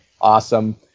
Awesome